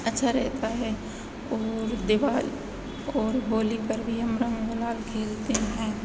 अच्छा रहता है ओर दिवाली और होली पर भी हम रंग गुलाल खेलते हैं